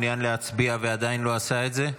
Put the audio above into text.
מעוניין להצביע ועדיין לא עשה את זה?